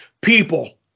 people